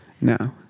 No